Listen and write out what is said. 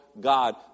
God